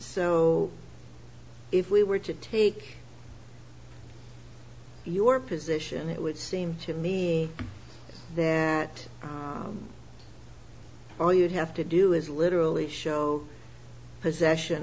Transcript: so if we were to take your position it would seem to me that all you have to do is literally show possession